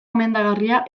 gomendagarria